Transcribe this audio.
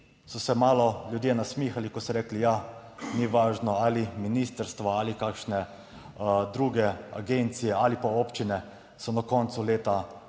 so se malo ljudje nasmihali, ko so rekli, ja, ni važno ali ministrstvo ali kakšne druge agencije, ali pa občine so na koncu leta